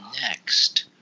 next